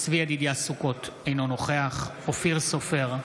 צבי ידידיה סוכות, אינו נוכח אופיר סופר,